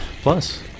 Plus